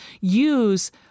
use